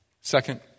Second